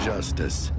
Justice